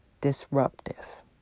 disruptive